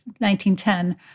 1910